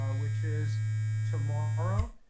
ah which is tomorrow,